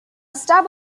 stub